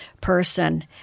person